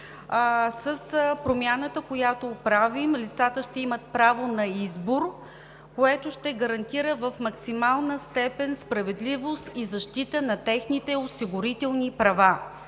С промяната, която правим, лицата ще имат право на избор, което ще гарантира в максимална степен справедливост и защита на техните осигурителни права.